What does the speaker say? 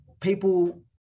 people